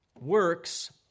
Works